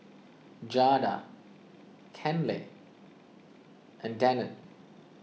Jada Kenley and Danette